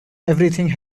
everything